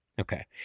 Okay